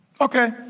Okay